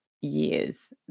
years